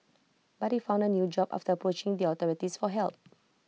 but he found A new job after approaching the authorities for help